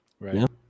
Right